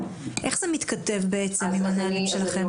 איך זה מתכתב בעצם עם הנהלים שלכם?